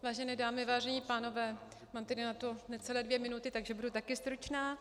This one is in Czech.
Vážené dámy, vážení pánové, mám tedy na to necelé dvě minuty, takže budu taky stručná.